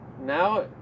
now